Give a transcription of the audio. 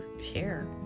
share